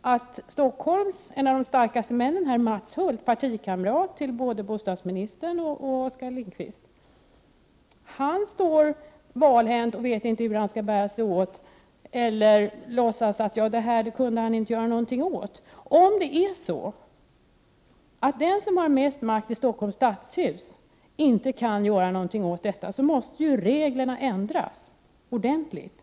att en av Stockholms starkaste män, Mats Hulth — partikamrat till bostadsministern och Oskar Lindkvist — står valhänt och inte vet hur han skall bära sig åt, eller också låtsas han att han inte kan göra någonting åt det. Om det verkligen är så att den som har mest makt i Stockholms stadshus inte kan göra någonting åt bostadsbristen, då måste reglerna ändras ordentligt.